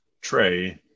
tray